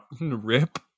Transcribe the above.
rip